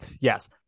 yes